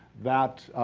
that